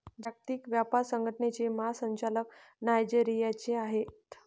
जागतिक व्यापार संघटनेचे महासंचालक नायजेरियाचे आहेत